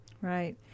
right